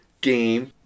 game